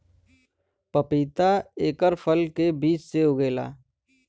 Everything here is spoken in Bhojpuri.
पपीता एकर फल के बीज से उगेला